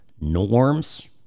norms